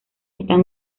están